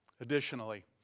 Additionally